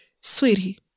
Sweetie